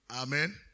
Amen